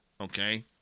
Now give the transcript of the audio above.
Okay